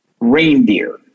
reindeer